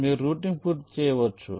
మీరు రౌటింగ్ పూర్తి చేయవచ్చు